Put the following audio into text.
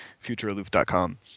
futurealoof.com